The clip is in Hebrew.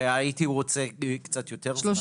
הייתי רוצה קצת יותר זמן.